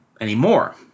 anymore